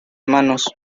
manos